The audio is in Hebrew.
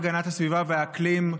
ביום הגנת הסביבה והאקלים,